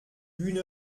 une